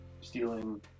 stealing